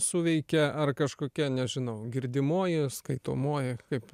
suveikia ar kažkokia nežinau girdimoji skaitomoji kaip